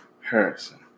Harrison